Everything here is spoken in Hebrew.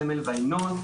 הסמל וההמנון.